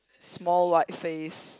small white face